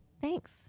Thanks